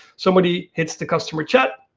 somebody hits the customer chat,